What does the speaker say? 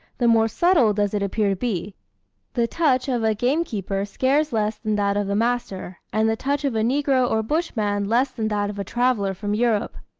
the more subtle does it appear to be the touch of a game-keeper scares less than that of the master, and the touch of a negro or bushman less than that of a traveller from europe.